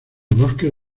bosques